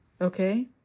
okay